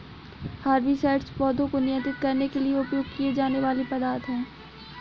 herbicides पौधों को नियंत्रित करने के लिए उपयोग किए जाने वाले पदार्थ हैं